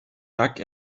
dug